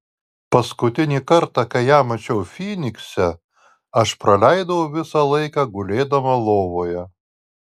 paskutinį kartą kai ją mačiau fynikse aš praleidau visą laiką gulėdama lovoje